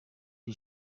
iri